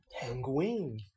Penguin